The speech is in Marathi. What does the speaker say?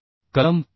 कलम 6